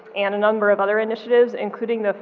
and a number of other initiatives including ah